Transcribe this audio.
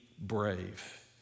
brave